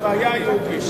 הבעיה היהודית.